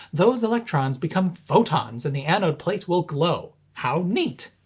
those electrons become photons and the anode plate will glow. how neat!